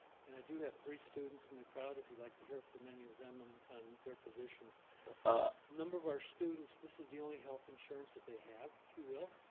and i do have three students in the crowd if you'd like to hear from any of them and um their positions. a number of our students, this is the only health insurance that they have, if you will.